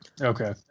Okay